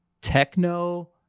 Techno